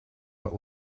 what